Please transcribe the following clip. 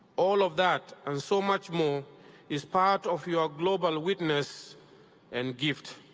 all of that and so much more is part of your global witness and gift,